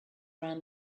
around